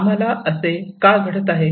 आम्हाला असे का घडत आहे